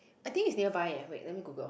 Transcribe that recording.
I think is nearby eh wait let me Google